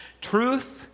Truth